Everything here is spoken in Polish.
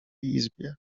izbie